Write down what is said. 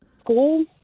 School